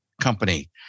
Company